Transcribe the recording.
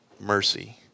mercy